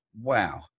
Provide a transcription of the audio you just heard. wow